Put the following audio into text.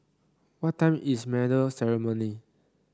what time is medal ceremony